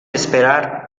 esperar